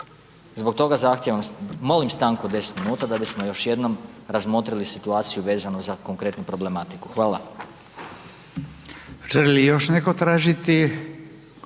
Zbog toga molim stanku od 10 minuta da bismo još jednom razmotrili situaciju vezano za konkretnu problematiku. Hvala.